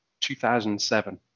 2007